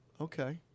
okay